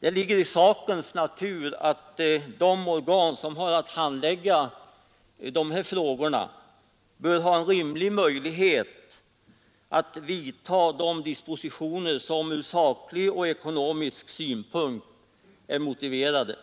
Det ligger i sakens natur att de organ, som har att handlägga dessa frågor, bör ha en rimlig möjlighet att vidta de dispositioner som ur saklig och ekonomisk synpunkt är motiverade.